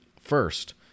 first